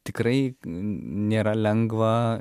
tikrai nėra lengva